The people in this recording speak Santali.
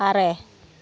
ᱟᱨᱮ